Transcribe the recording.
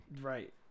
Right